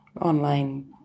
online